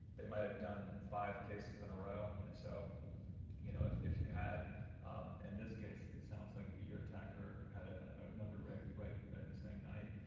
they might have done five cases in a row. and so you know if if you had in this case, it sounds like your attacker had ah ah another rape, right, in the same night.